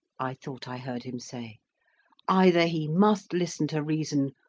i thought i heard him say either he must listen to reason,